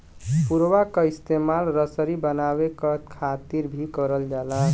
पुवरा क इस्तेमाल रसरी बनावे क खातिर भी करल जाला